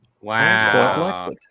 Wow